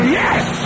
yes